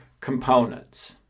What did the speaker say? components